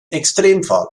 extremfall